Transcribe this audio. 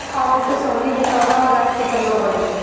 आलू के सोहनी में कवना औजार के प्रयोग होई?